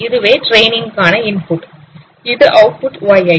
இதுவே ட்ரைனிங் காண இன்புட் இது அவுட்புட் yi